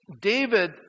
David